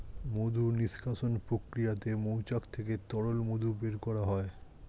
মধু নিষ্কাশণ প্রক্রিয়াতে মৌচাক থেকে তরল মধু বের করা হয়